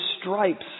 stripes